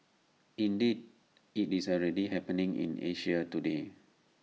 indeed IT is already happening in Asia today